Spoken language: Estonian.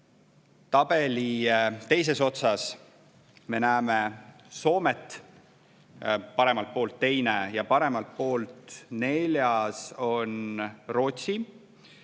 Tabeli teises otsas me näeme Soomet, see on paremalt poolt teine. Ja paremalt poolt neljas on Rootsi.